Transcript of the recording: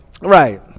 Right